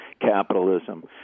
capitalism